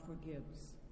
forgives